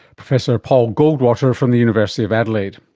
professor paul goldwater from the university of adelaide